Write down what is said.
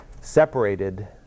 separated